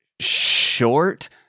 short